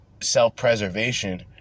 self-preservation